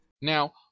Now